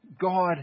God